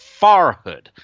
Farhood